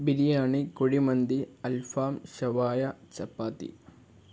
ബിരിയാണി കുഴിമന്തി അൽഫാം ഷവായ ചപ്പാത്തി